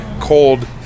cold